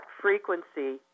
frequency